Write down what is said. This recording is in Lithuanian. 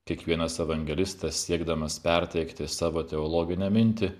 kiekvienas evangelistas siekdamas perteikti savo teologinę mintį